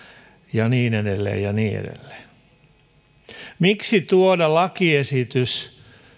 ja niin edelleen ja niin edelleen miksi tuoda lakiesitys